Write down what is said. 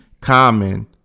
Common